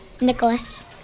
Nicholas